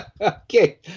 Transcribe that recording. Okay